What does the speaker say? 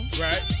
right